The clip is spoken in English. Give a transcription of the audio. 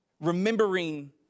remembering